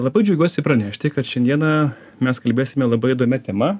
labai džiaugiuosi pranešti kad šiandieną mes kalbėsime labai įdomia tema